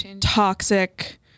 toxic